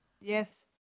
yes